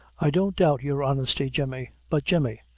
i don't doubt your honesty, jemmy but jemmy,